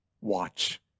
watch